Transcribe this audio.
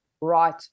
right